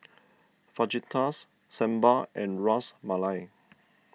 Fajitas Sambar and Ras Malai